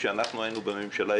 כשאנחנו היינו בממשלה,